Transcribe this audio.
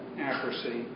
accuracy